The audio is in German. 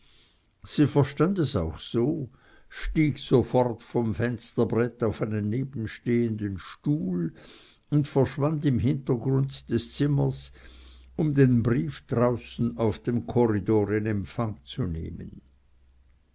sie verstand es auch so stieg sofort vom fensterbrett auf einen nebenstehenden stuhl und verschwand im hintergrunde des zimmers um den brief draußen auf dem korridor in empfang zu nehmen